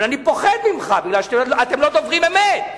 אבל אני פוחד ממך, כי אתם לא דוברים אמת.